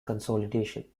consolidation